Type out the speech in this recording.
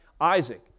Isaac